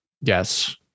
Yes